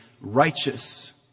righteous